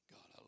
God